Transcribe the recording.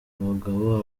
abagabo